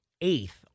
eighth